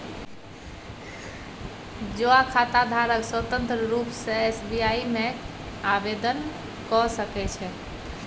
जौंआँ खाताधारक स्वतंत्र रुप सँ एस.बी.आइ मे आवेदन क सकै छै